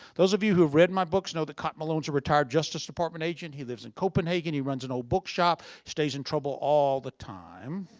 those of you who have read my books know that cotton malone's a retired justice department agent, he lives in copenhagen, he runs an old bookshop, stays in trouble all the time.